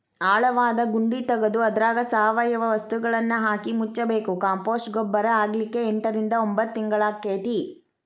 ಆಳವಾದ ಗುಂಡಿ ತಗದು ಅದ್ರಾಗ ಸಾವಯವ ವಸ್ತುಗಳನ್ನಹಾಕಿ ಮುಚ್ಚಬೇಕು, ಕಾಂಪೋಸ್ಟ್ ಗೊಬ್ಬರ ಆಗ್ಲಿಕ್ಕೆ ಎಂಟರಿಂದ ಒಂಭತ್ ತಿಂಗಳಾಕ್ಕೆತಿ